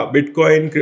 Bitcoin